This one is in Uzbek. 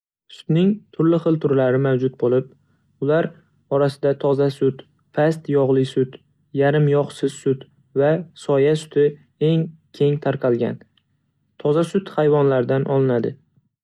Sutning turli xil turlari mavjud bo'lib, ular orasida toza sut, past yog'li sut, yarim yog'siz sut va soya suti eng keng tarqalgan. Toza sut hayvonlardan olinadi.